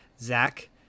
Zach